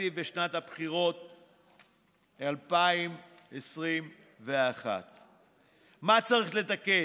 תקציב בשנת הבחירות 2021. מה צריך לתקן?